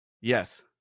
yes